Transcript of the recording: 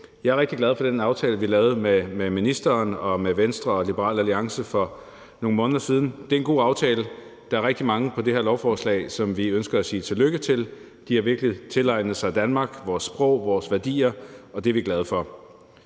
Jeg er rigtig glad for den aftale, vi lavede med ministeren og med Venstre og Liberal Alliance for nogle måneder siden. Det er en god aftale. Der er rigtig mange på det her lovforslag, som vi ønsker at sige tillykke til. De har virkelig tilegnet sig Danmark, vores sprog, vores værdier, og det er vi glade for.